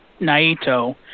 Naito